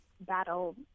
battle